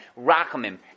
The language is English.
rachamim